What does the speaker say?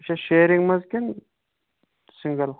یہِ چھا شِیَرِنٛگ مَنٛز کِنہٕ سِنٛگَل